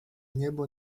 niebo